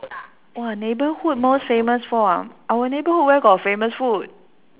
!wah! neighbourhood most famous for ah our neighbourhood where got famous food